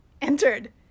entered